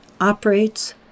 operates